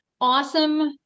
Awesome